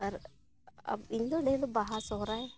ᱟᱨ ᱤᱧᱫᱚ ᱰᱷᱮᱨ ᱫᱚ ᱵᱟᱦᱟ ᱥᱚᱦᱨᱟᱭ